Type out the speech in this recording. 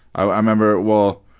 i remember well,